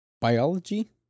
biology